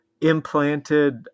implanted